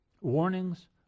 Warnings